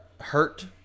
hurt